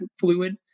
fluid